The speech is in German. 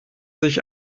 sich